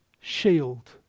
shield